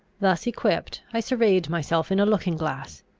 thus equipped, i surveyed myself in a looking-glass.